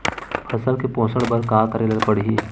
फसल के पोषण बर का करेला पढ़ही?